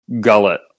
gullet